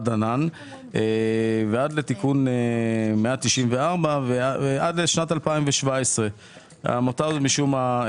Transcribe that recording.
דנא ועד לתיקון 194 עד שנת 2017. משום מה,